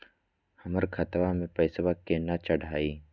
हमर खतवा मे पैसवा केना चढाई?